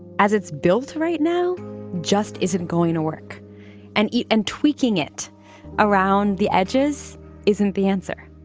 as it's built right now just isn't going to work and eat and tweaking it around the edges isn't the answer